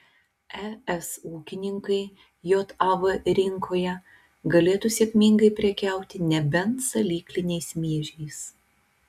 es ūkininkai jav rinkoje galėtų sėkmingai prekiauti nebent salykliniais miežiais